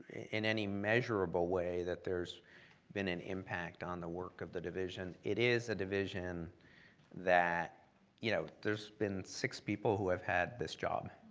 in any measurable way that there's been an impact on the work of the division. it is a division that you know there's been six people who have had this job,